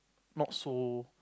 not so